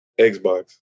Xbox